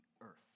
earth